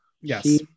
yes